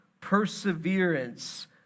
Perseverance